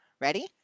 Ready